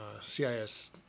CIS